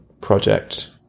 project